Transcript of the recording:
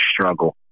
struggle